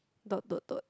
dot dot dot